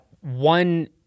one